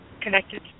connected